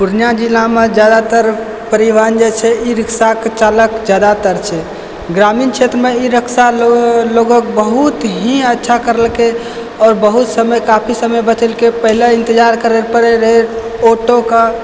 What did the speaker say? पूर्णिया जिलामे जादातर परिवहन जे छै ई रिक्शाके चलन जादातर छै ग्रामीण क्षेत्रमे ई रिक्शा लोगोके बहुत ही अच्छा करलकै आओर बहुत समय काफी समय बचेलकै पहिले इन्तजार करै पड़ै रहै ऑटोके